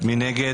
מי נגד?